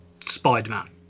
Spider-Man